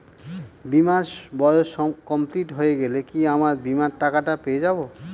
বীমার বয়স কমপ্লিট হয়ে গেলে কি আমার বীমার টাকা টা পেয়ে যাবো?